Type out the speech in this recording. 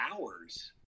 hours